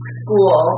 school